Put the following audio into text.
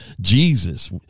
Jesus